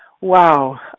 wow